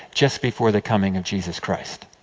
just before the coming of jesus christ.